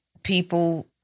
people